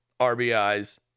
RBIs